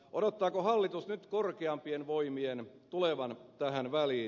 odottaako hallitus nyt korkeampien voimien tulevan tähän väliin